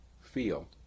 feel